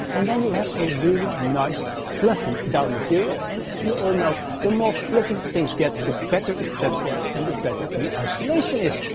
and then you have a really nice fluffy down material. and as we all know, the more fluffy things get, the better it traps air, and the better the isolation is.